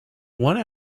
one